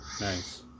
Nice